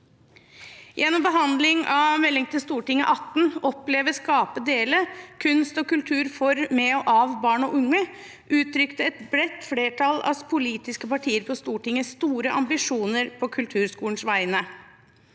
Gjennom behandling av Meld St. 18 for 2020–2021, Oppleve, skape, dele – Kunst og kultur for, med og av barn og unge, uttrykte et bredt flertall av politiske partier på Stortinget store ambisjoner på kulturskolens vegne.